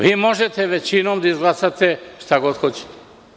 Vi možete većinom da izglasate šta god hoćete.